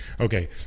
Okay